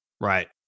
Right